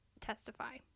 testify